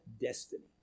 destiny